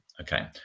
Okay